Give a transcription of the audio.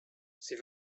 sie